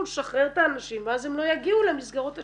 לשחרר את האנשים ואז הם לא יגיעו למסגרות השיקום.